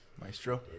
Maestro